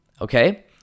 okay